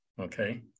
okay